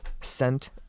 Sent